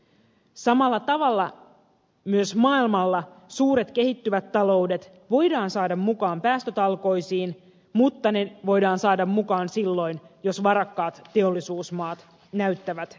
samalla tavalla myös maailmalla suuret kehittyvät taloudet voidaan saada mukaan päästötalkoisiin mutta ne voidaan saada mukaan silloin jos varakkaat teollisuusmaat näyttävät tietä